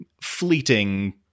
fleeting